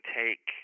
take